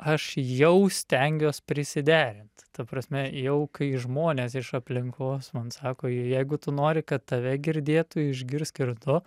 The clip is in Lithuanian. aš jau stengiuos prisiderint ta prasme jau kai žmonės iš aplinkos man sako jeigu tu nori kad tave girdėtų išgirsk ir tu